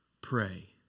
Pray